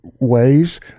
ways